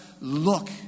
look